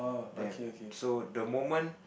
there so the moment